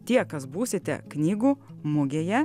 tie kas būsite knygų mugėje